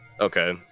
Okay